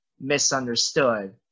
misunderstood